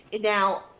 Now